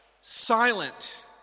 Silent